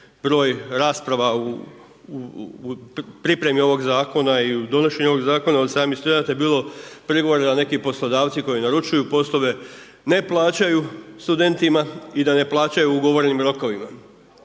broj rasprava u pripremi ovog zakona i u donošenju ovog zakona od samih studenata je bilo prigovora da neki poslodavci koji naručuju poslove ne plaćaju studentima i da ne plaćaju u ugovornim rokovima.